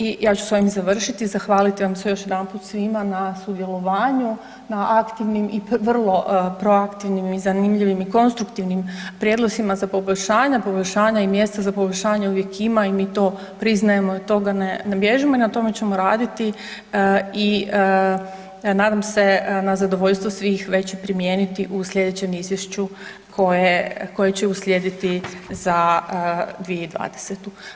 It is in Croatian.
I ja ću s ovim završiti i zahvaliti vam se još jedanput svima na sudjelovanju, na aktivnim i vrlo proaktivnim i zanimljivim i konstruktivnim prijedlozima za poboljšanja- Poboljšanja i mjesta za poboljšanje uvijek ima i mi to priznajemo i od toga ne bježimo i na tome ćemo raditi i nadam se na zadovoljstvo svih već i primijeniti u sljedećem izvješću koje će uslijediti za 2020.